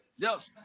yes!